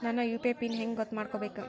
ನನ್ನ UPI pin ಹೆಂಗ್ ಗೊತ್ತ ಮಾಡ್ಕೋಬೇಕು?